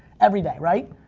every day, right?